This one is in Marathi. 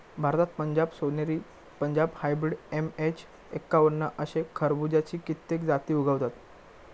भारतात पंजाब सोनेरी, पंजाब हायब्रिड, एम.एच एक्कावन्न अशे खरबुज्याची कित्येक जाती उगवतत